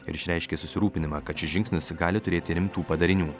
ir išreiškė susirūpinimą kad šis žingsnis gali turėti rimtų padarinių